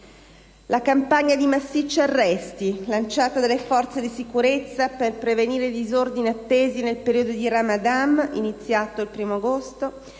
campagna di arresti lanciata dalle forze di sicurezza per prevenire i disordini attesi nel periodo del Ramadan (iniziato il 1° agosto),